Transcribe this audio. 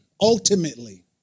ultimately